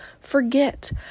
forget